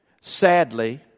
Sadly